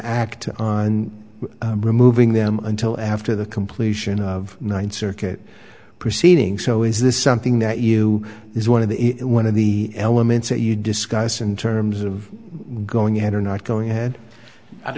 act on removing them until after the completion of ninth circuit proceedings so is this something that you is one of the one of the elements that you discuss in terms of going in or not going ahead